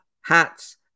hats